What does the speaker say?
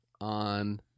On